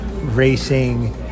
racing